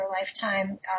lifetime